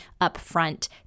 upfront